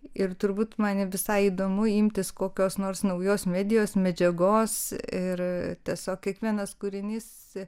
ir turbūt man visai įdomu imtis kokios nors naujos medijos medžiagos ir tiesiog kiekvienas kūrinys